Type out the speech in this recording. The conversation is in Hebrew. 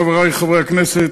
חברי חברי הכנסת,